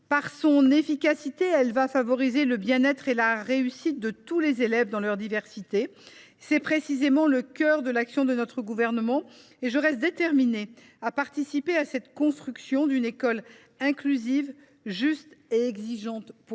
Par son efficacité, elle favorisera le bien être et la réussite de tous les élèves dans leur diversité, ce qui est précisément le cœur de l’action du Gouvernement pour l’école. Pour ma part, je reste déterminée à participer à la construction d’une école inclusive juste et exigeante pour tous.